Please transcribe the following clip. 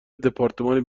دپارتمانی